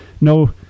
no